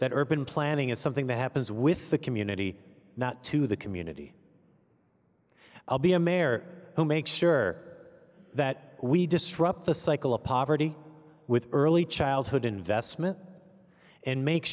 that urban planning is something that happens with the community not to the community i'll be a mayor to make sure that we disrupt the cycle of poverty with early childhood investment and make